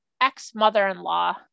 ex-mother-in-law